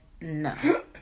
no